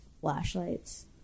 flashlights